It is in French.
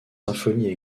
symphonies